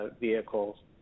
vehicles